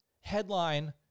headline-